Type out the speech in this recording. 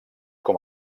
com